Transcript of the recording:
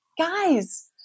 guys